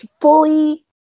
fully